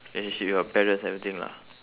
relationship with your parents everything lah